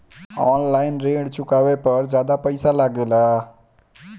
आन line ऋण चुकावे पर ज्यादा पईसा लगेला?